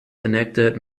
enacted